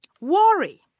Worry